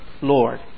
Lord